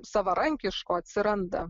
savarankiško atsiranda